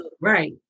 Right